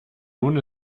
nun